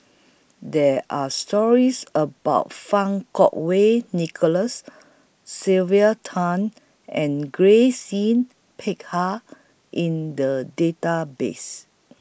There Are stories about Fang Kuo Wei Nicholas Sylvia Tan and Grace Yin Peck Ha in The Database